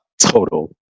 total